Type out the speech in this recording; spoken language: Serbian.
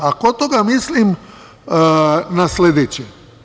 A, kod toga mislim na sledeće.